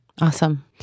Awesome